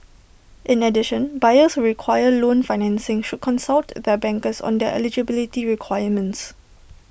in addition buyers require loan financing should consult their bankers on their eligibility requirements